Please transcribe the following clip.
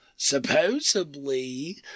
supposedly